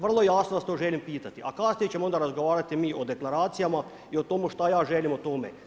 Vrlo jasno vas to želim pitati, a kasnije ćemo onda razgovarati mi o deklaracijama i o tomu šta ja želim o tome.